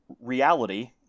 reality